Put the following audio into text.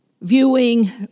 viewing